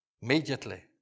Immediately